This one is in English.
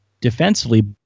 defensively